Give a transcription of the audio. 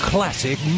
Classic